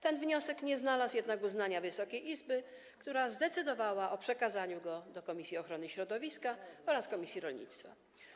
Ten wniosek nie znalazł jednak uznania Wysokiej Izby, która zdecydowała o przekazaniu go do komisji ochrony środowiska oraz komisji rolnictwa.